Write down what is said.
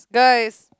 guys